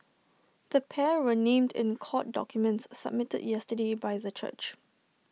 the pair were named in court documents submitted yesterday by the church